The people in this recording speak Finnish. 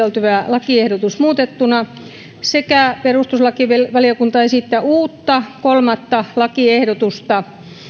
lakiehdotus hyväksytään muutettuna perustuslakivaliokunta esittää uutta kolmas lakiehdotusta